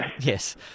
Yes